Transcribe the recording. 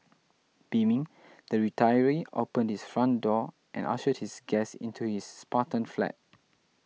beaming the retiree opened his front door and ushered his guest into his spartan flat